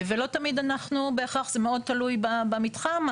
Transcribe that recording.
זה מאוד תלוי במתחם.